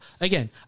again